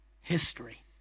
history